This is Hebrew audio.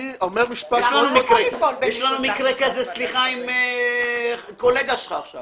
אני לא מצליחה להבין את הזגזוג הזה.